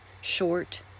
short